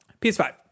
ps5